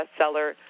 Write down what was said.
bestseller